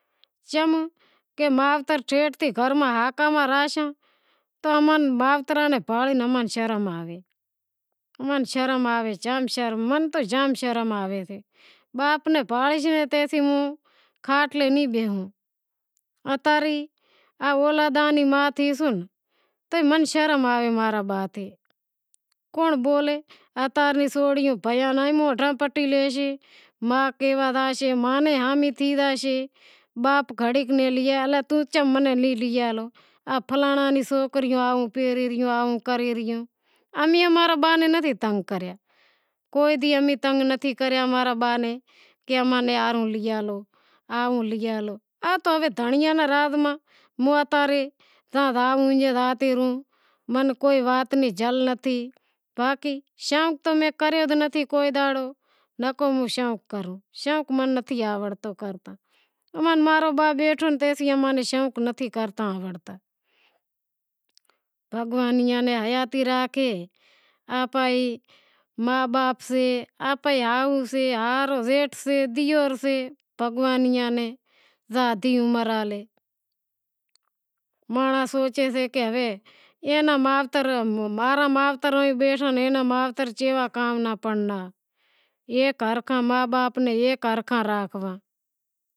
چم کہ مائتر جیتلی گھر میں راہساں تو مائتراں ناں بھانڑے اماں نی شرم آوے، جام شرم آوے سے باپ نی بھانڑیس تیسی ہوں کھاٹلے نیں بیشوں، اتا رے اولاد ری ما تھیشوں توئے ماں نی شرم آوے کونڑ بولے اتا روں سوریوں بھائیاں را بھی مونڈا پٹی لیشیں ما کہوا زائیسے تو ماں نیں بھی ہامہیں تھی زائیسیں، باپ گھڑی ناں لی تو کہیں موں نیں لی ڈے امیں آپرے با نیں نتھی تنگ کرتیں کوئی بھی امیں تنگ نتھی کریا ماں رے با نیں کہ اماں ہاروں اے لی ہالو، باقی شوق تو موں کریو نتھی کوئے دہاڑو نکو موں شوق کراں۔ شوق موں نی نتھی آوڑتو اماں رو باپ بیٹھو تے تائیں مایں شوق نتھی کرتا بھگوان ایئاں نی حیاتی راکھے آپیں ایئاں نا ما باپ سے ہائو سے زیٹھ سے دیئر سے بھگوان ایئاں نیں زیادہ عمر ہالے، ایک ہرکھاں ما باپ نیں